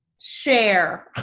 share